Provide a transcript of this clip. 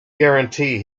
guarantee